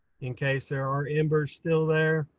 in case there are embers still there.